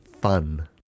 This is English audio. fun